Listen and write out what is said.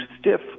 stiff